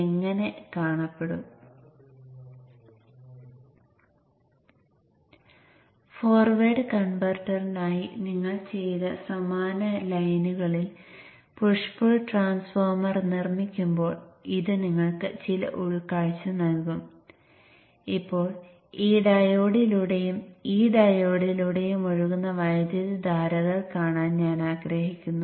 എതിർ സ്വിച്ചുകൾ ഓണായിരിക്കുമ്പോൾ Q3 ഉം Q2 ഉം Vin ആണ്